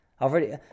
already